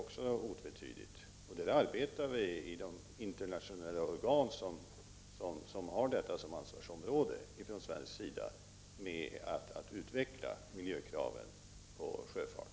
Från svensk sida arbetar vi inom de internationella organ som har detta som sitt ansvarsområde med att utveckla miljökrav på sjöfarten.